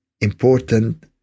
important